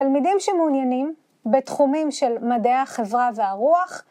תלמידים שמעוניינים בתחומים של מדעי החברה והרוח